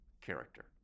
character